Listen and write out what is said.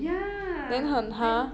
ya then